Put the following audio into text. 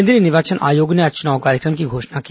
केंद्रीय निर्वाचन आयोग ने आज चुनाव कार्यक्रम की घोषणा की